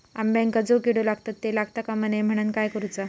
अंब्यांका जो किडे लागतत ते लागता कमा नये म्हनाण काय करूचा?